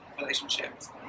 relationships